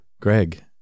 Greg